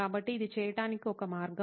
కాబట్టి ఇది చేయటానికి ఒక మార్గం